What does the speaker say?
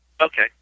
Okay